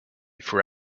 for